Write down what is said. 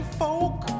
folk